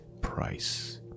price